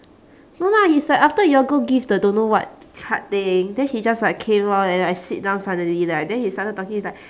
no lah he's like after you all go give the don't know what card thing then he just like came lor then I sit down suddenly like then he started talking he's like